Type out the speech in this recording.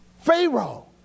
Pharaoh